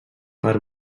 per